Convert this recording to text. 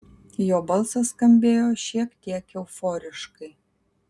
jo balsas skambėjo šiek tiek euforiškai